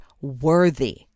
worthy